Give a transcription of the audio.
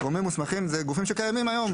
גורמים מוסמכים הם גופים שקיימים היום.